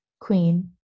queen